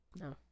No